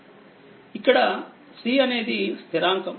ఇక్కడ C అనేది స్థిరాంకం ప్రొపోర్షనాలిటీ కాన్స్టాంట్